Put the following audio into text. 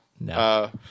No